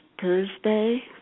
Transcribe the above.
Thursday